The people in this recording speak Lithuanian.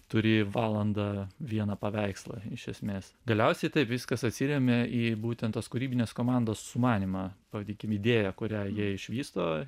turi valandą vieną paveikslą iš esmės galiausiai taip viskas atsiremia į būtent tos kūrybinės komandos sumanymą pavadinkim idėja kurią jie išvysto